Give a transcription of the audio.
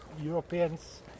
Europeans